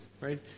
right